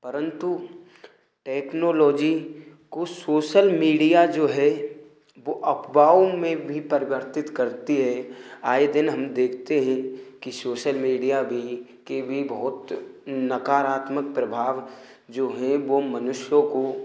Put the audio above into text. परंतु टेक्नोलोजी को social media जो है वह अफवाहों में भी परिवर्तित करती है आए दिन हम देखते हें कि सोसल मीडिया भी के भी बहुत नकारात्मक प्रभाव जो हें वो मनुष्यों को